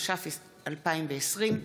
התש"ף 2020,